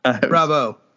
Bravo